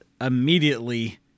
immediately